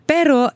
Pero